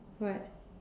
what